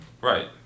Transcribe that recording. Right